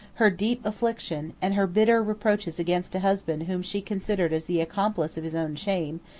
her deep affliction, and her bitter reproaches against a husband whom she considered as the accomplice of his own shame,